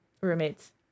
roommates